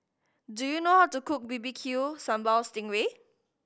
do you know how to cook B B Q Sambal sting ray